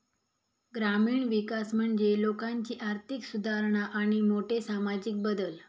ग्रामीण विकास म्हणजे लोकांची आर्थिक सुधारणा आणि मोठे सामाजिक बदल